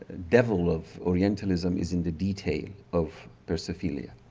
devil of orientalism is in the detail of persophilia.